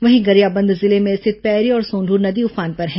वहीं गरियाबंद जिले में स्थित पैरी और सोंढूर नदी उफान पर है